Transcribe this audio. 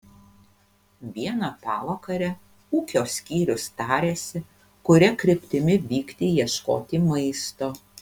vieną pavakarę ūkio skyrius tarėsi kuria kryptimi vykti ieškoti maisto